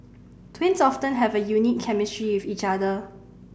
twins often have a unique chemistry with each other